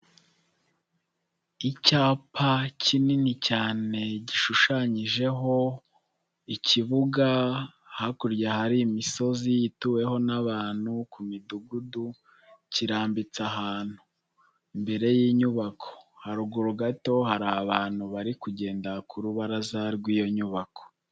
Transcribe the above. Icyapa kinini cyane gishushanyijeho ikibuga hakurya hari imisozi ituweho n'abantu ku midugudu, kirambitse ahantu imbere y'inyubako, haruguru gato hari abantu bari kugenda ku rubaraza rw'iyo nyubako.